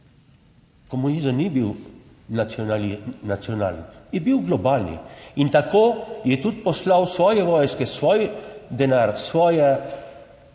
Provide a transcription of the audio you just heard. komunizem ni bil nacional…, nacionalen, je bil globalni in tako je tudi poslal svoje vojske, svoj denar, svoje,